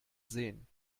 sehen